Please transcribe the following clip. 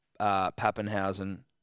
Pappenhausen